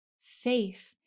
Faith